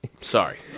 Sorry